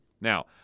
Now